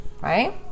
right